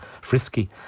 frisky